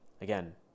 Again